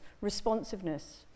responsiveness